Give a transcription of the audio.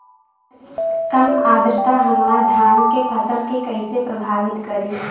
कम आद्रता हमार धान के फसल के कइसे प्रभावित करी?